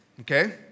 okay